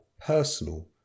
personal